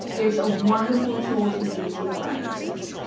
it's a wonderful tool to use in the sciences.